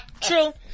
True